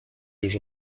już